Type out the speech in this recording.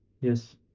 Yes